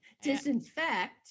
disinfect